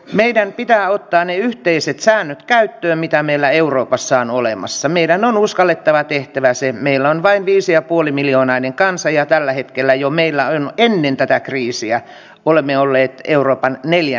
meidän pitää ottaa ne yhteiset säännöt käyttöön mitä meillä euroopassa on olemassa niiden on uskallettava tehtävä seinillä on vain viisi ja puolimiljoonainen kansa ja tällä hetkellä jo meillä on ennen tätä kriisiä olemme olleet europan neljä